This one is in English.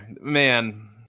Man